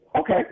Okay